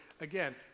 Again